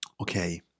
okay